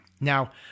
Now